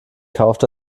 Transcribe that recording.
kauft